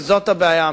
וזאת הבעיה האמיתית.